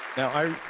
i,